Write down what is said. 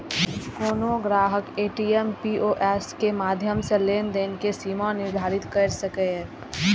कोनो ग्राहक ATM, POS के माध्यम सं लेनदेन के सीमा निर्धारित कैर सकैए